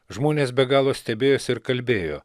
žmonės be galo stebėjosi ir kalbėjo